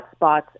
hotspots